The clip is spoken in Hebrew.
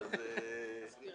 נכריע